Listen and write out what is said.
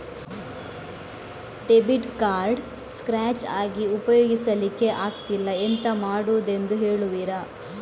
Debit card scratch ಆಗಿ ಉಪಯೋಗಿಸಲ್ಲಿಕ್ಕೆ ಆಗ್ತಿಲ್ಲ, ಎಂತ ಮಾಡುದೆಂದು ಹೇಳುವಿರಾ?